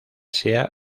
sea